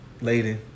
Lady